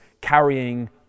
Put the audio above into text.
carrying